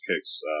kicks